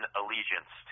allegiance